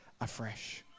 afresh